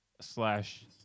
Slash